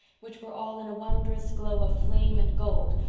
which were all in a wondrous glow of flame and gold,